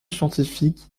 scientifique